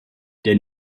der